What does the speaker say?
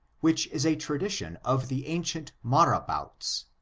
which is a tradition of the ancient marabouts,